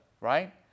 right